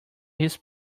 his